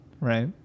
Right